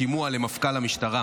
שימוע למפכ"ל המשטרה,